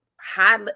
high